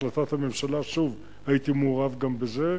בהחלטת הממשלה, שוב, הייתי מעורב גם בזה.